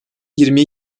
yirmi